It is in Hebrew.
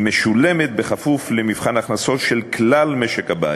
היא משולמת בכפוף למבחן ההכנסות של כלל משק-הבית.